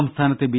സംസ്ഥാനത്ത് ബി